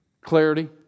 clarity